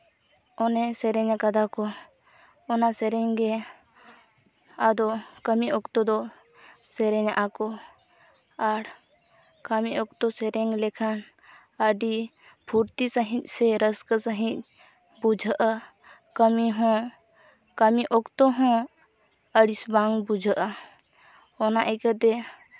ᱚᱱᱮ ᱥᱮᱨᱮᱧ ᱠᱟᱫᱟ ᱠᱚ ᱚᱱᱟ ᱥᱮᱨᱮᱧ ᱜᱮ ᱟᱫᱚ ᱠᱟᱹᱢᱤ ᱚᱠᱛᱚ ᱫᱚ ᱥᱮᱨᱮᱧ ᱟᱜᱼᱟ ᱠᱚ ᱟᱨ ᱠᱟᱹᱢᱤ ᱚᱠᱛᱚ ᱥᱮᱨᱮᱧ ᱞᱮᱠᱷᱟᱱ ᱟᱹᱰᱤ ᱯᱷᱩᱨᱛᱤ ᱥᱟᱺᱦᱤᱡ ᱥᱮ ᱨᱟᱹᱥᱠᱟᱹ ᱥᱟᱺᱦᱤᱡ ᱵᱩᱡᱷᱟᱹᱜᱼᱟ ᱠᱟᱹᱢᱤ ᱦᱚᱸ ᱠᱟᱹᱢᱤ ᱚᱠᱛᱚ ᱦᱚᱸ ᱟᱹᱲᱤᱥ ᱵᱟᱝ ᱵᱩᱡᱷᱟᱹᱜᱼᱟ ᱚᱱᱟ ᱤᱠᱷᱟᱹ ᱛᱮ